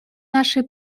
нашей